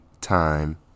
time